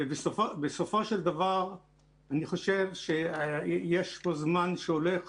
בסופו של דבר אני חושב שיש פה זמן שהולך